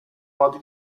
modi